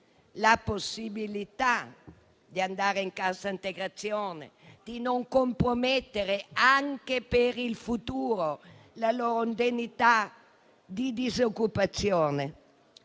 la possibilità di andare in cassa integrazione, di non compromettere, anche per il futuro, la loro indennità di disoccupazione.